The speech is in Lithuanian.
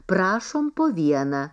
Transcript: prašom po vieną